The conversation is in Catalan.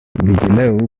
vigileu